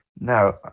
Now